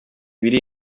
biri